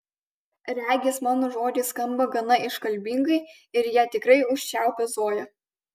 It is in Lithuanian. regis mano žodžiai skamba gana iškalbingai ir jie tikrai užčiaupia zoją